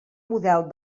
model